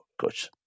coach